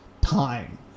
time